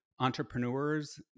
Entrepreneurs